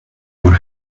your